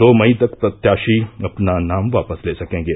दो मई तक प्रत्याषी अपना नाम वापस ले सकेंगे